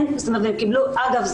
אגב,